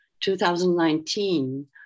2019